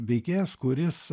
veikėjas kuris